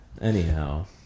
Anyhow